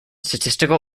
statistical